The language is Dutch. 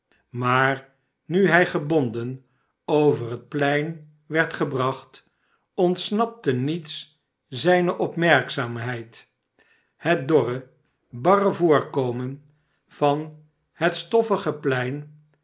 maar nu hij gebonden oyer het plein werd gebracht ontsnapte niets zijne opmerkzaamheid het dorre barre voorkomen van het stofferige